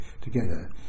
together